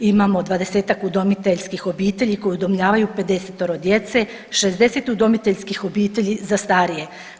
Imamo 20-tak udomiteljskih obitelji koji udomljavaju 50-ero djece, 60 udomiteljskih obitelji za starije.